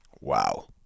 Wow